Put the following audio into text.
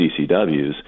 CCWs